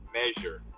measure